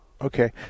Okay